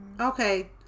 Okay